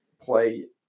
play